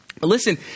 Listen